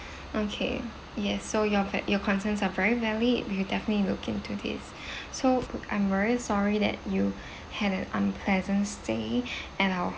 okay yes so your your concerns are very valid we'll definitely look into this so I'm very sorry that you had an unpleasant stay in our